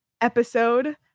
episode